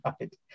right